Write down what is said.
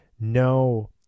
no